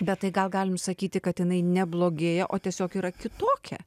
bet tai gal galim sakyti kad jinai ne blogėja o tiesiog yra kitokia